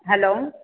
હાલો